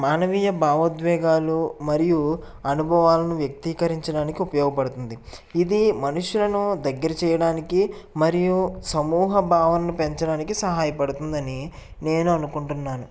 మానవీయ భావోద్వేగాలు మరియు అనుభవాలను వ్యక్తీకరించడానికి ఉపయోగపడుతుంది ఇది మనుషులను దగ్గర చేయడానికి మరియు సమూహ భావనలను పెంచడానికి సహాయపడుతుంది అని నేను అనుకుంటున్నాను